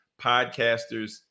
podcasters